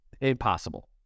Impossible